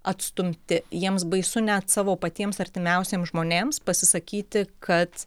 atstumti jiems baisu net savo patiems artimiausiems žmonėms pasisakyti kad